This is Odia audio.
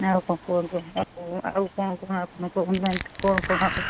ଆଉ କ'ଣ କୁହନ୍ତୁ ସବୁ ଆଉ କ'ଣ କ'ଣ ଆପଣ କହୁନାହାଁନ୍ତି କ'ଣ କ'ଣ ଆଉ